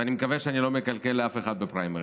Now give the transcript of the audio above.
ואני מקווה שאני לא מקלקל לאף אחד בפריימריז.